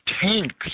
tanks